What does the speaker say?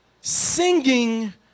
Singing